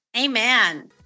Amen